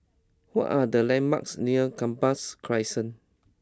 what are the landmarks near Gambas Crescent